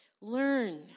Learn